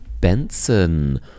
Benson